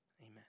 Amen